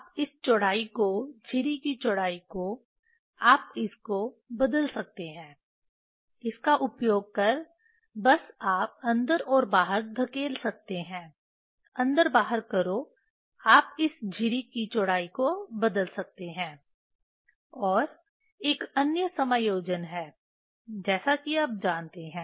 आप इस चौड़ाई को झिरी की चौड़ाई को आप इस को बदल सकते हैं इस का उपयोग कर बस आप अंदर और बाहर धकेल सकते हैं अंदर बाहर करो आप इस झिरी की चौड़ाई को बदल सकते हैं और एक अन्य समायोजन है जैसा कि आप जानते हैं